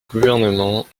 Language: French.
gouvernement